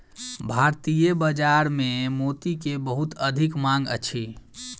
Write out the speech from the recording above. भारतीय बाजार में मोती के बहुत अधिक मांग अछि